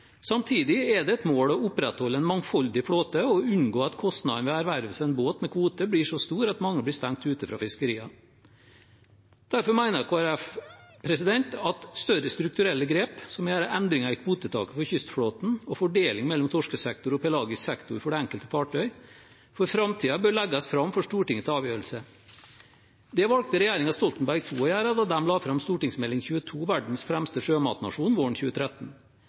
Samtidig er det et mål å opprettholde en mangfoldig flåte og å unngå at kostnadene ved å erverve seg en båt med kvote blir så store at mange blir stengt ute fra fiskeriene. Derfor mener Kristelig Folkeparti at større strukturelle grep, som å gjøre endringer i kvotetaket for kystflåten og fordeling mellom torskesektor og pelagisk sektor for det enkelte fartøy, for framtiden bør legges fram for Stortinget til avgjørelse. Det valgte regjeringen Stoltenberg II å gjøre da den la fram Meld. St. 22 Verdens fremste sjømatnasjon våren 2013.